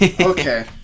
okay